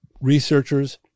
researchers